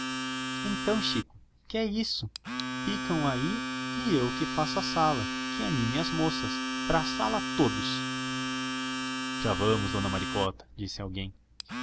então chico que é isso ficou aí e eu que faça sala que anime as moças pra sala todos já vamos dona maricota disse alguém